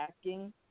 asking –